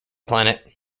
planet